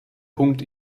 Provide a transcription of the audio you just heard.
punkt